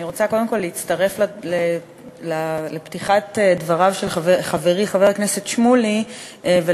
אני רוצה קודם כול להצטרף לפתיחת דבריו של חברי חברי הכנסת שמולי ולהביע